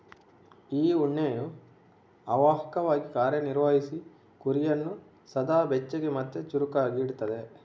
ಈ ಉಣ್ಣೆಯು ಅವಾಹಕವಾಗಿ ಕಾರ್ಯ ನಿರ್ವಹಿಸಿ ಕುರಿಯನ್ನ ಸದಾ ಬೆಚ್ಚಗೆ ಮತ್ತೆ ಚುರುಕಾಗಿ ಇಡ್ತದೆ